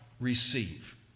receive